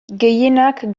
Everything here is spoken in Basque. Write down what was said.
gehienak